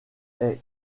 est